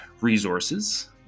resources